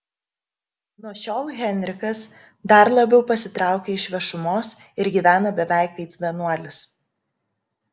nuo šiol henrikas dar labiau pasitraukia iš viešumos ir gyvena beveik kaip vienuolis